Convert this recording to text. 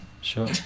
sure